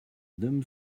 dim